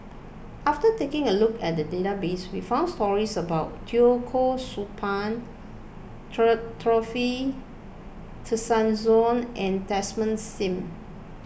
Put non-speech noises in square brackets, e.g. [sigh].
after taking a look at the database we found stories about Teo Koh Sock [unintelligible] [unintelligible] Dorothy Tessensohn and Desmond Sim